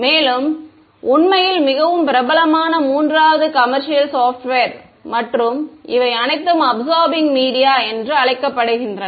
மேலும் உண்மையில் மிகவும் பிரபலமான மூன்றாவது கமேற்சியால் சாப்ட்வேர் மற்றும் இவை அனைத்தும் அபிசார்பிங் மீடியா என்று அழைக்கப்படுகின்றன